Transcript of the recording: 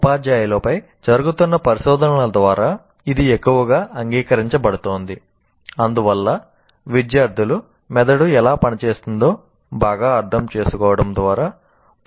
ఉపాధ్యాయులపై జరుగుతున్న పరిశోధనల ద్వారా ఇది ఎక్కువగా అంగీకరించబడుతోంది అందువల్ల విద్యార్థులు మెదడు ఎలా పనిచేస్తుందో బాగా అర్థం చేసుకోవడం ద్వారా ప్రయోజనం పొందవచ్చు